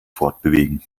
fortbewegen